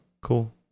Cool